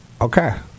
Okay